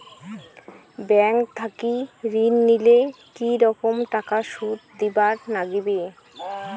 Bank থাকি ঋণ নিলে কি রকম টাকা সুদ দিবার নাগিবে?